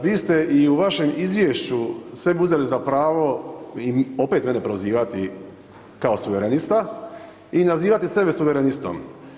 Vi ste i u vašem izvješću sebi uzeli za pravo opet mene prozivati kao suverenista i nazivati sebe suverenistom.